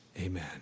Amen